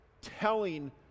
telling